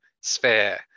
sphere